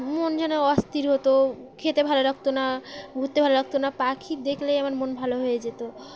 মন যেন অস্থির হতো খেতে ভালো লাগতো না ঘুরতে ভালো লাগতো না পাখি দেখলেই আমার মন ভালো হয়ে যেত